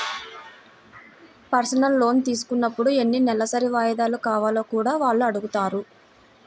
personal loan తీసుకున్నప్పుడు ఎన్ని నెలసరి వాయిదాలు కావాలో కూడా వాళ్ళు అడుగుతారు